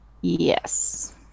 Yes